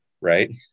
right